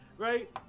Right